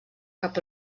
cap